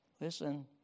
Listen